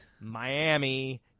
Miami